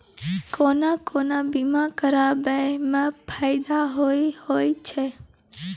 कोन कोन बीमा कराबै मे फायदा होय होय छै?